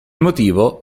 motivo